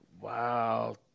Wow